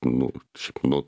nu šiaip nu